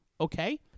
Okay